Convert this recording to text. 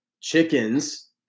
chickens